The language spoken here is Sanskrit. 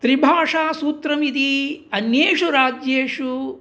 त्रिभाषासूत्रमिति अन्येषु राज्येषु